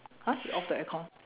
!huh! you off the aircon